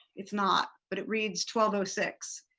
it's not but it reads twelve six.